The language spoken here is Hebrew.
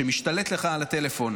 שמשתלט לך על הטלפון.